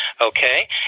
okay